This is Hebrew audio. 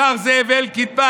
השר זאב אלקין,